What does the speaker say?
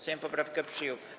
Sejm poprawkę przyjął.